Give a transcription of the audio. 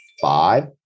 five